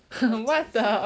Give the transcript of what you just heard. what the